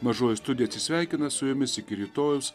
mažoji studija atsisveikina su jumis iki rytojaus